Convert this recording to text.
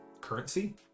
currency